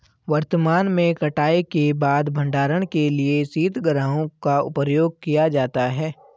वर्तमान में कटाई के बाद भंडारण के लिए शीतगृहों का प्रयोग किया जाता है